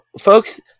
folks